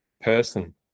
person